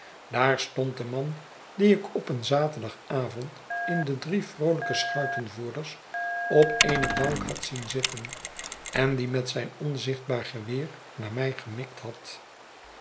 daar stond de man dien ik op een zaterdagavond in de drie vroolijke schuitenvoerders op eene bank had zien zitten en die met zijn onzichtbaar geweer naar mij gemikt had